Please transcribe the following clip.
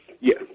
Yes